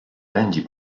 pędzi